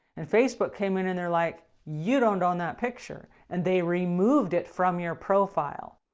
and facebook came in, and they're like you don't own that picture. and they removed it from your profile.